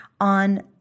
on